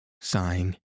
sighing